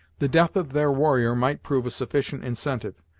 the death of their warrior might prove a sufficient incentive,